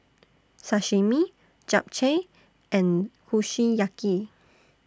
Sashimi Japchae and Kushiyaki